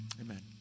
Amen